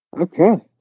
Okay